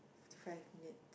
five minutes